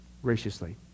Graciously